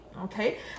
Okay